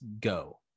go